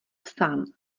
sám